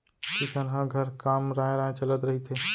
किसनहा घर काम राँय राँय चलत रहिथे